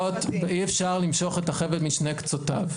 אי-אפשר למשוך את החבל משני קצותיו.